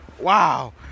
wow